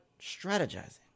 strategizing